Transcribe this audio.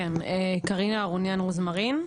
קרין אהרוניאן רוזמרין,